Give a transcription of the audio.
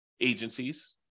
agencies